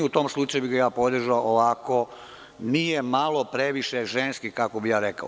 U tom slučaju bih ga podržao, a ovako nije malo previše ženski, kako bih ja rekao.